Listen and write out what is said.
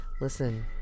Listen